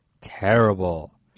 terrible